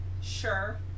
sure